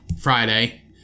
Friday